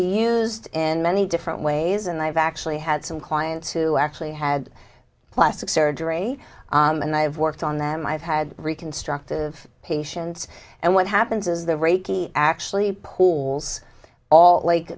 be used in many different ways and i've actually had some clients who actually had plastic surgery and i've worked on them i've had reconstructive patients and what happens is the reiki actually pulls all